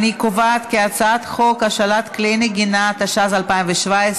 לוועדה את הצעת חוק השאלת כלי נגינה, התשע"ז 2017,